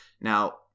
Now